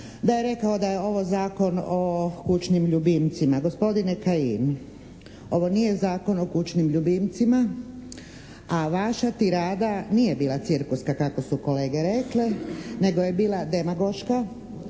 da je rekao da je ovo Zakon o kućnim ljubimcima. Gospodine Kajin, ovo nije Zakon o kućnim ljubimcima. A vaša tirada nije bila cirkuska kako su kolege rekle, nego je bila demagoška,